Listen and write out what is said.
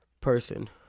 person